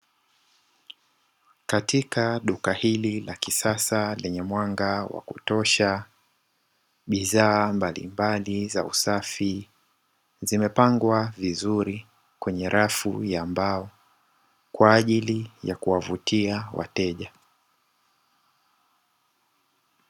Katika duka hili la kisasa lenye mwanga wa kutosha, bidhaa mbalimbali za usafi zimepangwa vizuri kwenye rafu ya mbao kwa ajili ya kuwavutia wateja.